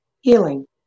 Healing